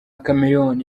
chameleone